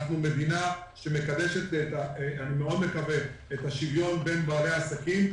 אני מקווה שאנחנו מדינה שמקדשת את השוויון בין בעלי העסקים.